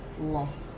lost